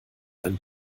einen